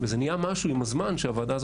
ובקטע הספציפי הזה אני מבטיח שאעשה את כל המאמצים